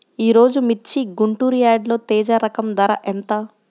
ఈరోజు మిర్చి గుంటూరు యార్డులో తేజ రకం ధర ఎంత?